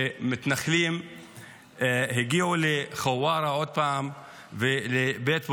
שמתנחלים הגיעו לחווארה עוד פעם ולבית פוריק.